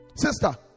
Sister